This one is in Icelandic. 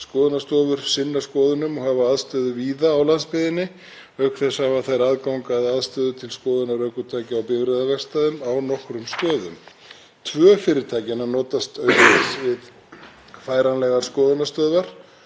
Tvö fyrirtækjanna notast auk þess við færanlegar skoðunarstöðvar sem eru búnar til að fara á þá staði þar sem ekki eru fastar skoðunarstofur. Þá geta verkstæði hlotið úttekt sem endurskoðunarverkstæði að ákveðnum skilyrðum uppfylltum